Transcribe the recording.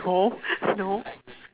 no no